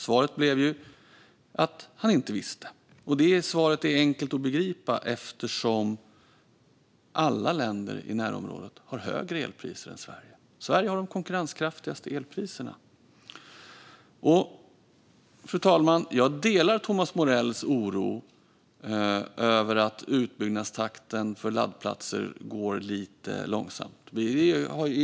Svaret blev att han inte visste. Det svaret är enkelt att begripa eftersom alla länder i närområdet har högre elpriser än Sverige. Sverige har de konkurrenskraftigaste elpriserna. Fru talman! Jag delar Thomas Morells oro över att utbyggnadstakten för laddplatser är lite långsam.